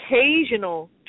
occasional